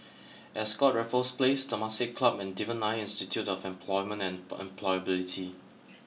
Ascott Raffles Place Temasek Club and Devan Nair Institute of Employment and emp Employability